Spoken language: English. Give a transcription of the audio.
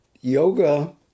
Yoga